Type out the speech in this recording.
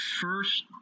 first